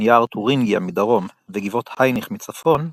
יער תורינגיה מדרום וגבעות הייניך מצפון,